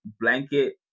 blanket